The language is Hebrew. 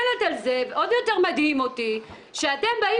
ועוד יותר מדהים אותי זה שאתם באים